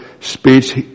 speech